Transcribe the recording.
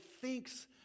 thinks